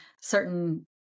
certain